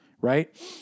right